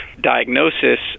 diagnosis